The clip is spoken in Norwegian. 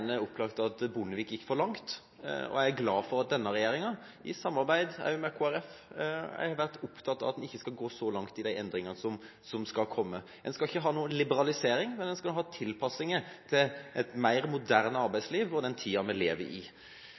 er glad for at denne regjeringa, i samarbeid med Kristelig Folkeparti, har vært opptatt av at en ikke skal gå så langt i de endringene som skal komme. En skal ikke ha noen liberalisering, men en skal ha tilpasninger til et mer moderne arbeidsliv og den tida vi lever i.